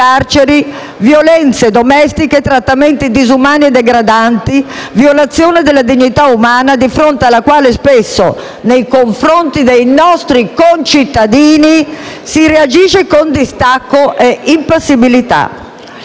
violenze domestiche, trattamenti disumani e degradanti, violazioni della dignità umana, di fronte alle quali spesso, nei confronti dei nostri concittadini, si reagisce con distacco e impassibilità.